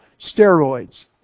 steroids